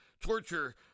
torture